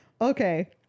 Okay